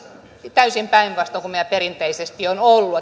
täysin päinvastoin kuin perinteisesti on ollut